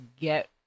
get